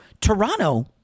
Toronto